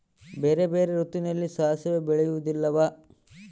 ಬೇರೆ ಬೇರೆ ಋತುವಿನಲ್ಲಿ ಸಾಸಿವೆ ಬೆಳೆಯುವುದಿಲ್ಲವಾ?